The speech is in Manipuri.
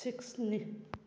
ꯁꯤꯛꯁꯅꯤ